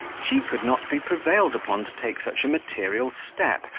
she could not be prevailed upon to take such a material step,